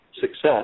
success